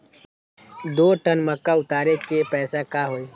दो टन मक्का उतारे के पैसा का होई?